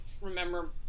remember